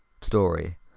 story